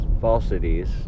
falsities